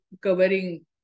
covering